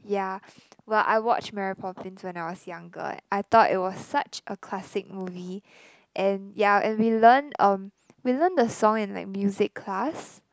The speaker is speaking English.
yeah well I watched Mary Poppins when I was younger I thought it was such a classic movie and yeah and we learn um we learn the song in like music class